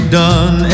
done